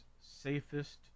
Safest